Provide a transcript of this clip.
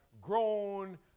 grown